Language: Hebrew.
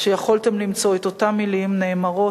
שיכולתם למצוא בה את אותן מלים נאמרות